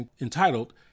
entitled